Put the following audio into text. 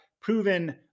proven